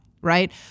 right